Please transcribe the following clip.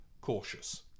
cautious